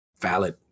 Valid